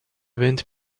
wind